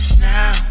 Now